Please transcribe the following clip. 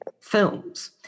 films